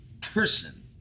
person